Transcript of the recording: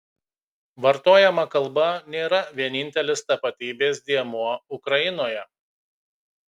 vartojama kalba nėra vienintelis tapatybės dėmuo ukrainoje